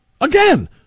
again